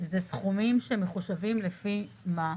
אלה סכומים שמחושבים לפי מה?